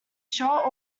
shot